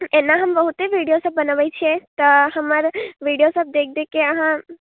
एन्ना हम बहुत्ते B D O सब बनऽबै छियै तऽ हम्मर बी डी ओ सब देख देख के आहाँ